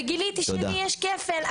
וגיליתי שלי יש כפל,